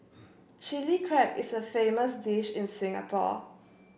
Chilli Crab is a famous dish in Singapore